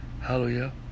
Hallelujah